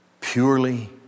purely